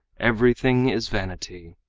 everything is vanity!